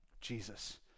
Jesus